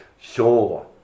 Sure